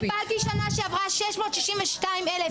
קיבלתי שנה שעברה 662 אלף,